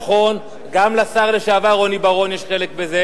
נכון, גם לשר לשעבר רוני בר-און יש חלק בזה,